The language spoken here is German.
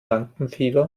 lampenfieber